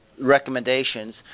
recommendations